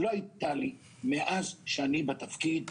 שלא הייתה לי מאז שאני בתפקיד,